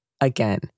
Again